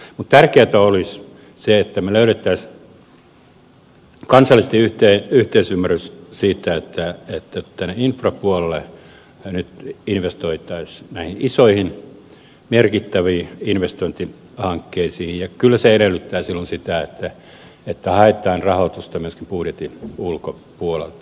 mutta tärkeätä olisi se että me löytäisimme kansallisesti yhteisymmärryksen siitä että tänne infrapuolelle nyt investoitaisiin näihin isoihin merkittäviin investointihankkeisiin ja kyllä se edellyttää silloin sitä että haetaan rahoitusta myöskin budjetin ulkopuolelta